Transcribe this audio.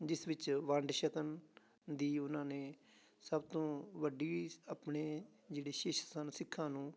ਜਿਸ ਵਿੱਚ ਵੰਡ ਛਕਣ ਦੀ ਉਹਨਾਂ ਨੇ ਸਭ ਤੋਂ ਵੱਡੀ ਆਪਣੇ ਜਿਹੜੇ ਸ਼ਿਸ਼ ਸਨ ਸਿੱਖਾਂ ਨੂੰ